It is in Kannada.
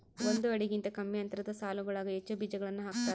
ಒಂದು ಅಡಿಗಿಂತ ಕಮ್ಮಿ ಅಂತರದ ಸಾಲುಗಳಾಗ ಹೆಚ್ಚು ಬೀಜಗಳನ್ನು ಹಾಕ್ತಾರ